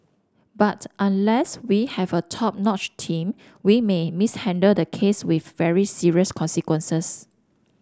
but unless we have a top notch team we may mishandle the case with very serious consequences